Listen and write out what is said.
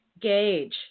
gauge